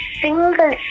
single